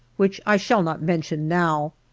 which i shall not mention now,